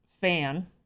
fan